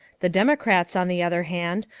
the democrats, on the other hand,